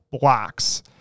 blocks